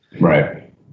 Right